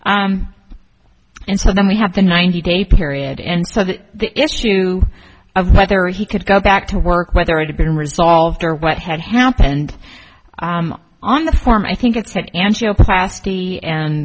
and so then we have the ninety day period end so that the issue of whether he could go back to work whether it had been resolved or what had happened on the form i think it's an angioplasty and